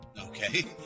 Okay